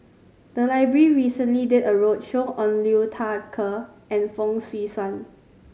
the library recently did a roadshow on Liu Thai Ker and Fong Swee Suan